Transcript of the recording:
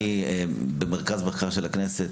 אני במרכז בקרה של הכנסת,